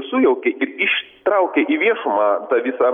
sujaukė ir ištraukė į viešumą tą visą